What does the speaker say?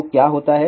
तो क्या होता है